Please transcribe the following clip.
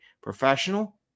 Professional